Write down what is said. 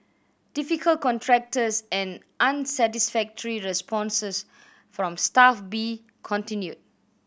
difficult contractors and unsatisfactory responses from Staff B continued